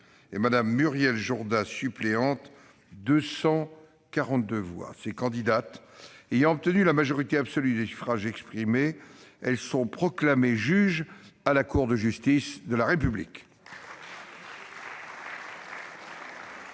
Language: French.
; Mme Muriel Jourda, suppléante, 242 voix. Ces candidates ayant obtenu la majorité absolue des suffrages exprimés, elles sont proclamées juges à la Cour de justice de la République.